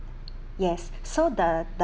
yes so the the